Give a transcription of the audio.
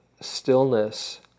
stillness